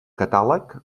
catàleg